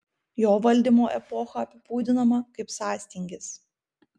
jo valdymo epocha apibūdinama kaip sąstingis